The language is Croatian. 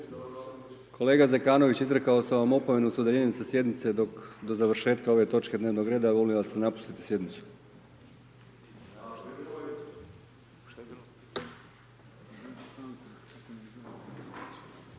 kolega Zekanović izrekao sam vam opomenu s udaljenjem sa sjednice dok, do završetka ove točke dnevnog reda, molim vas da napustite sjednicu.